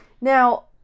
Now